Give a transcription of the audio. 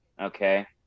okay